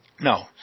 No